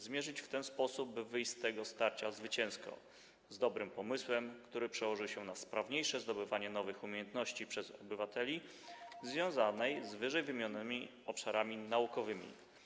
Zmierzyć w ten sposób, by wyjść z tego starcia zwycięsko, z dobrym pomysłem, który przełoży się na sprawniejsze zdobywanie nowych umiejętności przez obywateli związanych z wyżej wymienionymi obszarami naukowymi.